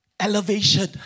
elevation